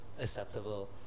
acceptable